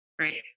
Right